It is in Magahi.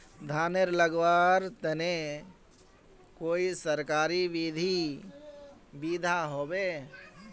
धानेर लगवार तने कोई सरकारी सुविधा होबे?